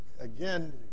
again